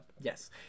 yes